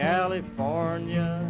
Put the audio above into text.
California